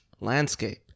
landscape